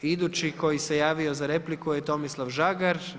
Idući koji se javio za repliku je Tomislav Žagar.